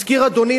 הזכיר אדוני,